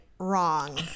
Wrong